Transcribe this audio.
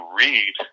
read